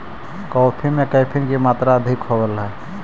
coffee में caffeine की मात्रा अधिक होवअ हई